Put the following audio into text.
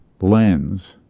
lens